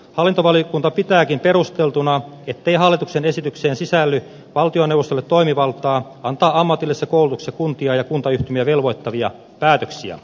hallintovaliokunta pitääkin perusteltuna ettei hallituksen esitykseen sisälly valtioneuvostolle toimivaltaa antaa ammatillisessa koulutuksessa kuntia ja kuntayhtymiä velvoittavia päätöksiä